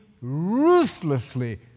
ruthlessly